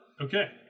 Okay